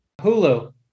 Hulu